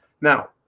Now